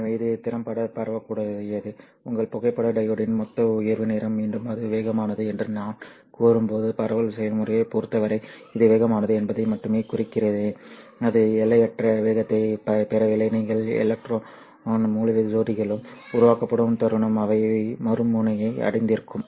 எனவே இது திறம்பட பரவக்கூடியது உங்கள் புகைப்பட டையோடின் மொத்த உயர்வு நேரம் மீண்டும் இது வேகமானது என்று நான் கூறும்போது பரவல் செயல்முறையைப் பொறுத்தவரை இது வேகமானது என்பதை மட்டுமே குறிக்கிறேன் அது எல்லையற்ற வேகத்தைப் பெறவில்லை நீங்கள் எலக்ட்ரான் முழு ஜோடிகளும் உருவாக்கப்படும் தருணம் அவை மறுமுனையை அடைந்திருக்கும்